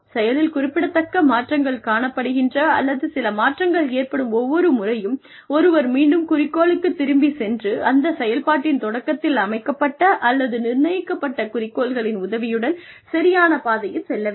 செயலில் குறிப்பிடத்தக்க மாற்றங்கள் காணப்படுகின்ற அல்லது சில மாற்றங்கள் ஏற்படும் ஒவ்வொரு முறையும் ஒருவர் மீண்டும் குறிக்கோளுக்குத் திரும்பிச் சென்று அந்த செயல்பாட்டின் தொடக்கத்தில் அமைக்கப்பட்ட அல்லது நிர்ணயிக்கப்பட்ட குறிக்கோள்களின் உதவியுடன் சரியான பாதையில் செல்ல வேண்டும்